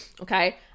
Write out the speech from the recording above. Okay